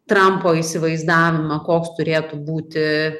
trampo įsivaizdavimą koks turėtų būti